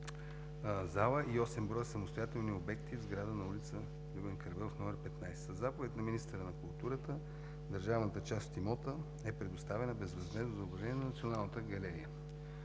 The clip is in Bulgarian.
зала, и осем броя самостоятелни обекти в сграда на улица „Любен Каравелов“ № 15. Със заповед на министъра на културата държавната част от имота е предоставена безвъзмездно за управление на Националната галерия.